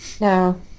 No